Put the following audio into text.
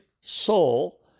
soul